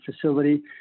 facility